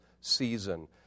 season